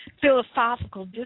philosophical